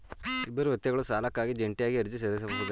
ಇಬ್ಬರು ವ್ಯಕ್ತಿಗಳು ಸಾಲಕ್ಕಾಗಿ ಜಂಟಿಯಾಗಿ ಅರ್ಜಿ ಸಲ್ಲಿಸಬಹುದೇ?